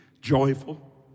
joyful